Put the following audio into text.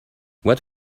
what